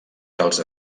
dels